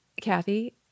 Kathy